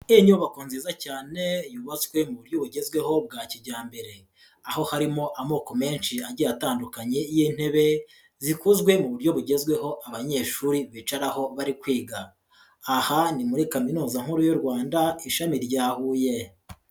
Iyi nyubako nziza cyane yubatswe mu buryo bugezweho bwa kijyambere, aho harimo amoko menshi agiye atandukanye y'intebe zikozwe mu buryo bugezweho, abanyeshuri bicaraho bari kwiga, aha ni muri kaminuza nkuru y'u Rwanda ishami rya Huye.